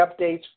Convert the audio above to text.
updates